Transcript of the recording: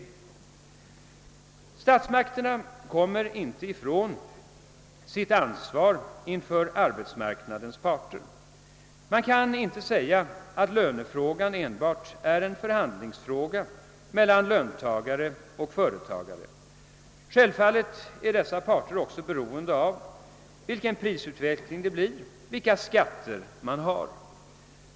Statsmakterna kommer inte ifrån sitt ansvar inför arbetsmarknadens parter. Man kan inte säga att lönefrågan enbart är en förhandlingsfråga mellan löntagare och företagare. Självfallet är dessa parter också beroende av vilken prisatveckling det blir och vilka skatter man har.